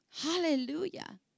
Hallelujah